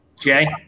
Jay